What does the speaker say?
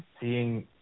seeing